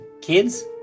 kids